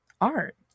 art